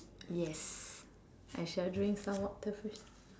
yes I shall drink some water first